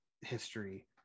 history